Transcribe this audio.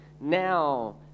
now